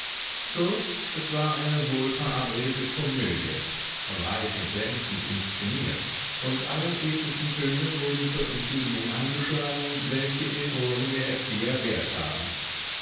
kurz es war eine wohlverabredete komödie von reiting glänzend inszeniert und alle ethischen töne wurden zur entschuldigung angeschlagen welche in den ohren der erzieher wert haben